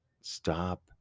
stop